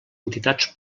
entitats